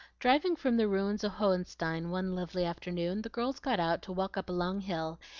driving from the ruins of hohenstein one lovely afternoon, the girls got out to walk up a long hill,